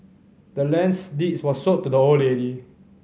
the land's deed was sold to the old lady